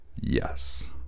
Yes